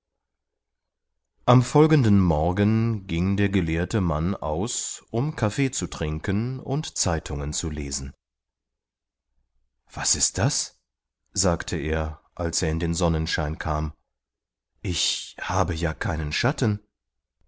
am folgenden morgen ging der gelehrte mann aus um kaffee zu trinken und zeitungen zu lesen was ist das sagte er als er in den sonnenschein kam ich habe ja keinen schatten